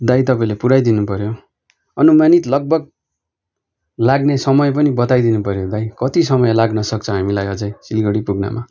दाइ तपाईँले पुऱ्याइदिनु पऱ्यो अनुमानित लगभग लाग्ने समय पनि बताइदिनु पऱ्यो दाइ कति समय लाग्न सक्छ हामीलाई अझै सिलगढी पुग्नमा